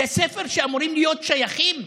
בתי ספר שאמורים להיות שייכים,